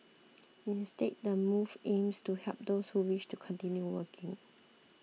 instead the move aims to help those who wish to continue working